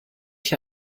hier